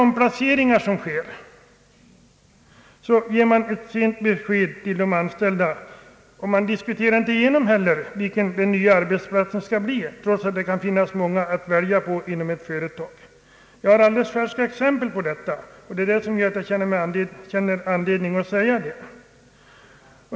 Man ger ett alltför sent besked till de anställda vid omplaceringar, och man diskuterar inte heller igenom med dem vilken deras nya arbetsplats skall bli, trots att det kan finnas flera olika arbetsplatser att välja på inom ett företag. Jag har färska exempel på detta och känner därför ett behov av att påtala det.